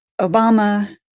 Obama